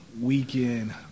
weekend